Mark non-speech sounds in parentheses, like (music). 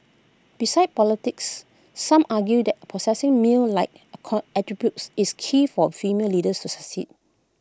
besides politics some argue that possessing male like (unintelligible) attributes is key for female leaders to succeed